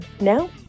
Now